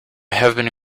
have